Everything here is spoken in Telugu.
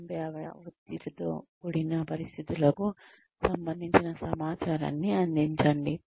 సంభావ్య ఒత్తిడితో కూడిన పరిస్థితులకు సంబంధించిన సమాచారాన్ని అందించండి